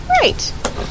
Right